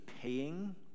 paying